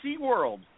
SeaWorld